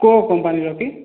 କେଉଁ କମ୍ପାନୀର କି